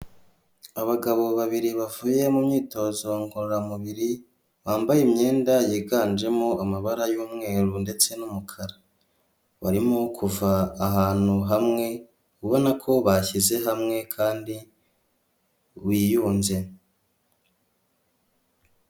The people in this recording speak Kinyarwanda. Abagabo babiri bavuye mu myitozo ngororamubiri bambaye imyenda yiganjemo amabara y'umweru ndetse n'umukara barimo kuva ahantu hamwe ubona ko bashyize hamwe kandi biyunze.